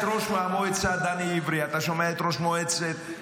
בקיבוץ האון מכרו כמה --- אתה שומע את ראש המועצה דני עברי,